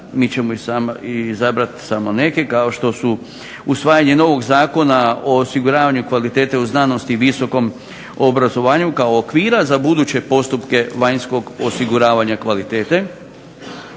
Mi ćemo izabrati samo neke kao što su usvajanje novog Zakona o osiguravanju kvalitete u znanosti i visokom obrazovanju kao okvira za buduće postupke vanjskog osiguravanja kvalitete,